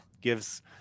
gives